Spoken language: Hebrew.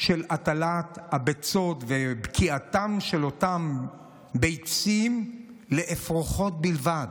של הטלת הביצים ובקיעתן של אותן ביצים לאפרוחות בלבד,